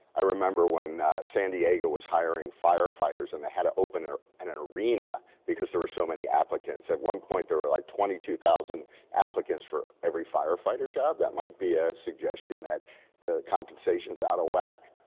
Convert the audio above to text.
i remember when san diego was hiring firefighters and they had to open up and an arena because there were so many applicants. at one point, there were like twenty two thousand applicants for every firefighter job, that might be a suggestion that the compensation is out of whack.